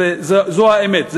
זו האמת,